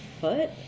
foot